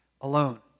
alone